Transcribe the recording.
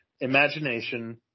Imagination